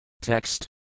Text